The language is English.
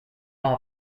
all